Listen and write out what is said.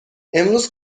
امروز